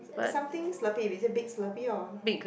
is something Slurpee is it big Slurpee or